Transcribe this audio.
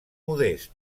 modest